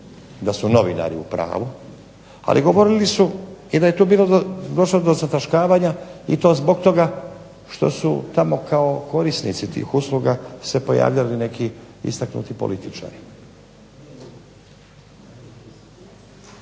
da su novinari u pravu, ali govorili su da je tu bilo do sada zataškavanja i to zbog toga što su tamo kao korisnici tih usluga se pojavljali neki istaknuti političari.